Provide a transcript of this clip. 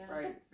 Right